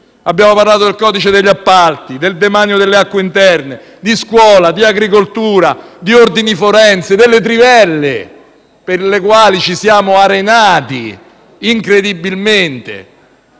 Abbiamo parlato del codice degli appalti, del demanio delle acque interne, di scuola, di agricoltura, di ordini forensi, delle trivelle, per le quali ci siamo incredibilmente